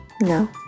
No